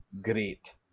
Great